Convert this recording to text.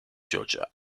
georgia